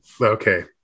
Okay